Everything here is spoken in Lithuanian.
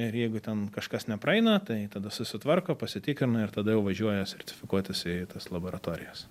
ir jeigu ten kažkas nepraeina tai tada susitvarko pasitikrina ir tada jau važiuoja sertifikuotis į tas laboratorijas